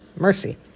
Mercy